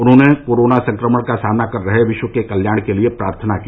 उन्होंने कोरोना संक्रमण का सामना कर रहे विश्व के कल्याण के लिए प्रार्थना की